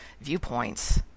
viewpoints